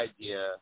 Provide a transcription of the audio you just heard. idea